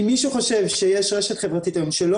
אם מישהו חושב שיש רשת חברתית היום שלא